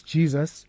Jesus